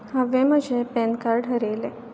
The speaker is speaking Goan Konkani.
हांवें म्हजें पॅन कार्ड हरयलें